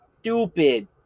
stupid